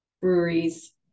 breweries